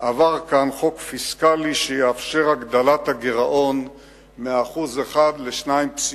עבר כאן חוק פיסקלי שיאפשר את הגדלת הגירעון מ-1% ל-2.6%.